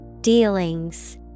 Dealings